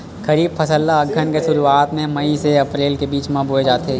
खरीफ फसल ला अघ्घन के शुरुआत में, अप्रेल से मई के बिच में बोए जाथे